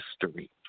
history